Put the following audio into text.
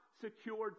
secured